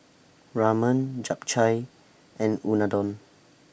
Ramen Japchae and Unadon